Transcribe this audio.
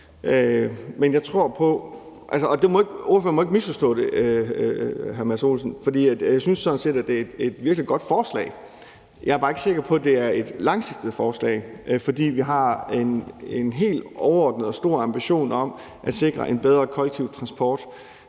mirakelkur for alle. Ordføreren må ikke misforstå det. Jeg synes sådan set, det er et virkelig godt forslag, men jeg er bare ikke sikker på, at det er et langsigtet forslag, for vi har en helt overordnet og stor ambition om at sikre en bedre kollektiv transport